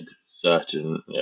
certain